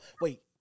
wait